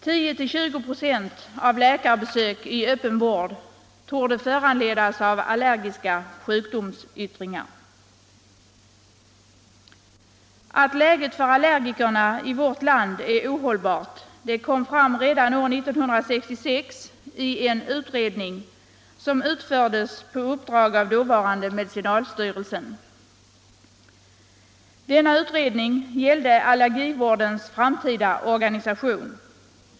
10-20 96 av läkarbesök i öppen vård torde föranledas av allergiska sjukdomsyttringar. Att läget för allergikerna i vårt land är ohållbart kom fram redan 1966 i en utredning som utfördes på uppdrag av dåvarande medicinalstyrelsen. Denna utredning gällde allergivårdens framtida organisation.